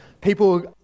people